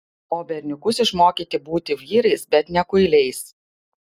o berniukus išmokyti būti vyrais bet ne kuiliais